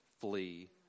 flee